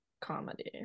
comedy